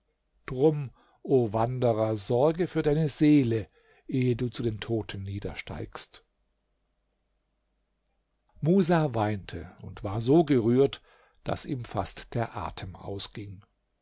drum o wanderer sorge für deine seele ehe du zu den toten niedersteigst musa weinte und war so gerührt daß ihm fast der atem ausging